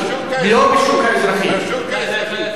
בשוק האזרחי.